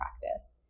practice